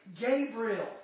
Gabriel